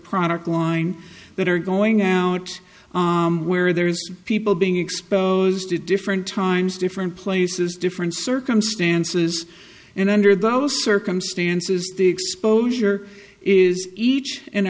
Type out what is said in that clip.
product line that are going out where there's people being exposed to different times different places different circumstances and under those circumstances the exposure is each an